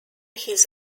his